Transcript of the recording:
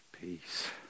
peace